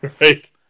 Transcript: Right